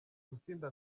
gutsinda